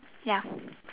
ya